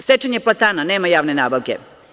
Sečenje platana, nema javne nabavke.